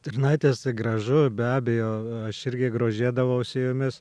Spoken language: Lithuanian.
stirnaitės tai gražu be abejo aš irgi grožėdavausi jomis